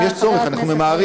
ואם יש צורך אנחנו ממהרים.